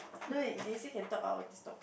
no they say can talk our just topic